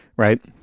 right.